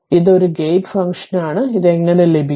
ഇത് ഒരു ഗേറ്റ് ഫംഗ്ഷനാണ് അതിനാൽ ഇത് എങ്ങനെ ലഭിക്കും